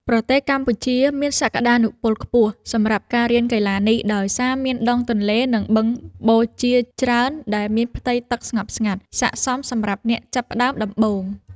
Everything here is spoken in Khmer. ប្រទេសកម្ពុជាមានសក្ដានុពលខ្ពស់សម្រាប់ការរៀនកីឡានេះ ដោយសារមានដងទន្លេ និងបឹងបួជាច្រើនដែលមានផ្ទៃទឹកស្ងប់ស្ងាត់ ស័ក្តិសមសម្រាប់អ្នកចាប់ផ្ដើមដំបូង។